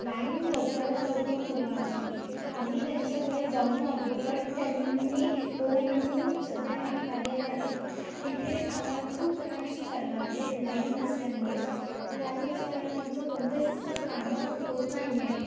line लवकरात लवकर पुरवावी आम्ही त्यांच्याकडे जाऊन आलो बट त्यांनी हो म्हणून सध्या नाकारलेलं आहे इथे आम्हाला खूप त्रास चालला आहे लाईन नसल्यामुळे लाईन नसल्यामुळे आमचे कोणतेच कामं होत नाही आहे